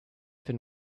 been